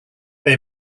they